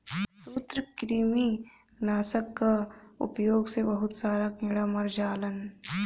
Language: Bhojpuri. सूत्रकृमि नाशक कअ उपयोग से बहुत सारा कीड़ा मर जालन